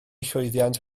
llwyddiant